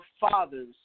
fathers